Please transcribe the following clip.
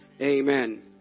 Amen